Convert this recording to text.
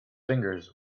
fingers